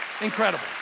Incredible